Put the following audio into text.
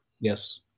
Yes